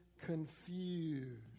confused